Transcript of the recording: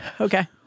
Okay